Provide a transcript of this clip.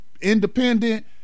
independent